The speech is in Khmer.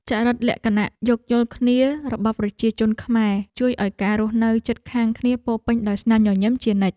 ចរិតលក្ខណៈយោគយល់គ្នារបស់ប្រជាជនខ្មែរជួយឱ្យការរស់នៅជិតខាងគ្នាពោរពេញដោយស្នាមញញឹមជានិច្ច។